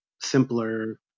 simpler